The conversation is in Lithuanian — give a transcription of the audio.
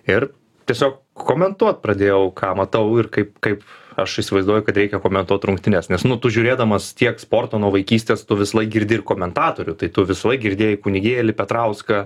ir tiesiog komentuot pradėjau ką matau ir kaip kaip aš įsivaizduoju kad reikia komentuot rungtynes nes nu tu žiūrėdamas tiek sporto nuo vaikystės tu visąlaik girdi ir komentatorių tai tu visąlaik girdėjai kunigėlį petrauską